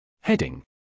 Heading